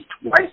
twice